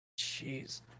Jeez